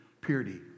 purity